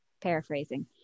paraphrasing